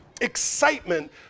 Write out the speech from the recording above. excitement